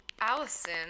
Allison